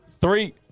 Three